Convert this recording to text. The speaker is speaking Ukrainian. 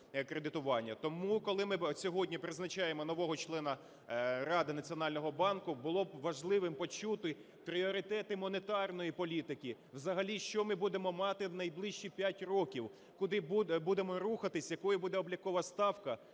Тому, коли ми сьогодні призначаємо нового члена Ради Національного банку, було б важливим почути пріоритети монетарної політики, взагалі, що ми будемо мати найближчі 5 років, куди будемо рухатись, якою буде облікова ставка,